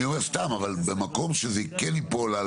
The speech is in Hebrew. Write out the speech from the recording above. אני אומר סתם אבל במקום שזה כן ייפול,